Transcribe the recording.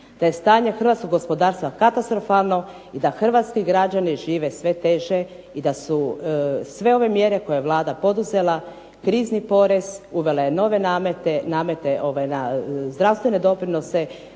da je stanje hrvatskog gospodarstva katastrofalno i da hrvatski građani žive sve teže i da su sve ove mjere koje je Vlada poduzela krizni porez, uvela je nove namete, namete na zdravstvene doprinose,